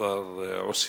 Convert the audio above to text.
בכפר עוספיא.